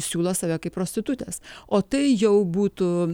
siūlo save kaip prostitutes o tai jau būtų